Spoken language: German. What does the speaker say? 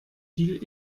viel